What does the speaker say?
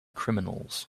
criminals